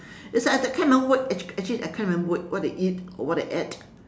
it's like the kind of word actually actually I can't remember what I eat or what I ate